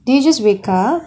did you just wake up